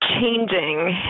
changing